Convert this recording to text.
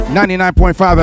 99.5